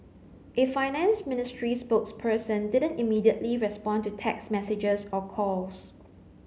a finance ministry spokesperson didn't immediately respond to text messages or calls